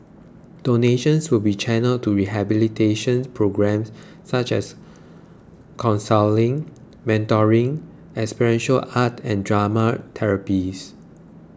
donations will be channelled to rehabilitation programmes such as counselling mentoring experiential art and drama therapies